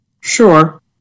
Sure